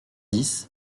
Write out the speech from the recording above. dix